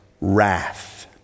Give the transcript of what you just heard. wrath